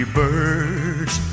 birds